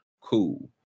Cool